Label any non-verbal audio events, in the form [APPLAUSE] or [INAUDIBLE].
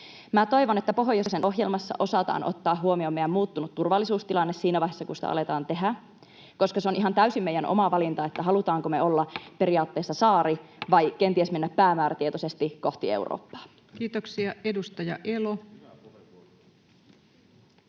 toivon, että pohjoisen ohjelmassa osataan ottaa huomioon meidän muuttunut turvallisuustilanne siinä vaiheessa, kun sitä aletaan tehdä, koska on ihan täysin meidän oma valinta, [NOISE] halutaanko me olla periaatteessa saari vai kenties mennä päämäärätietoisesti kohti Eurooppaa. [Speech 603]